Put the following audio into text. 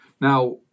Now